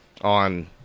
on